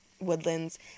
woodlands